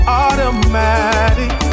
automatic